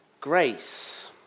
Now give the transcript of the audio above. grace